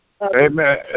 Amen